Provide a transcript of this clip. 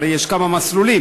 הרי יש כמה מסלולים,